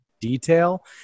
detail